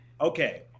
Okay